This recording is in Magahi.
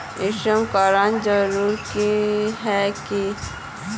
इंश्योरेंस कराना जरूरी ही है की?